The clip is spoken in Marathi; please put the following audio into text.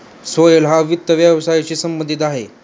सोहेल हा वित्त व्यवसायाशी संबंधित आहे